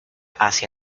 hacia